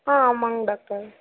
ஆ ஆமாங்க டாக்டர்